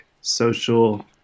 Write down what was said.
social